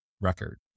record